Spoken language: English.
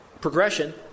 Progression